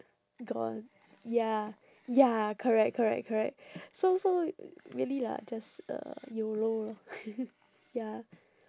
gone ya ya correct correct correct so so really lah just uh YOLO lor ya